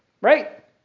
right